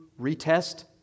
retest